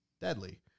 deadly